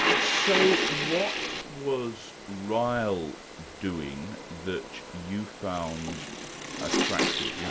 so what was ryle doing that you found attractive? yeah